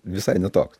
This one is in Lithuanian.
visai ne toks